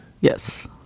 Yes